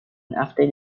after